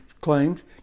claims